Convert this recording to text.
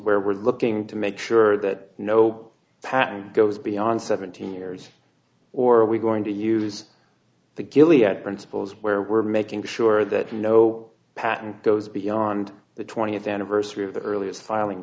where we're looking to make sure that no patent goes beyond seventeen years or are we going to use the gilliatt principles where we're making sure that no patent goes beyond the twentieth anniversary of the earliest filing